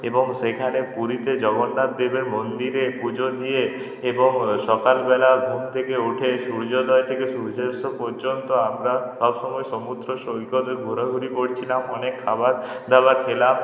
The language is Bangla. এবং সেইখানে পুরীতে জগন্নাথ দেবের মন্দিরে পুজো দিয়ে এবং সকালবেলার ঘুম থেকে উঠে সূর্যোদয় থেকে সূর্যাস্ত পর্যন্ত আমরা সব সময় সমুদ্র সৈকতে ঘোরাঘুরি করছিলাম অনেক খাবার দাবার খেলাম